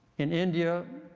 in india,